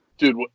Dude